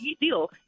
deal